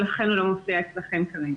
ולכן הוא לא מופיע אצלכם כרגע.